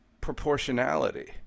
proportionality